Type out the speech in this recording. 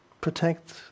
protect